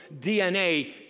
DNA